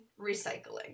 recycling